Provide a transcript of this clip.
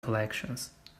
collections